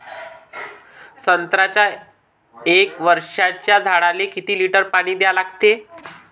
संत्र्याच्या एक वर्षाच्या झाडाले किती लिटर पाणी द्या लागते?